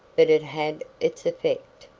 but it had its effect.